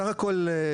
בסך הכל,